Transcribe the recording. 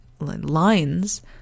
lines